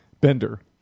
Bender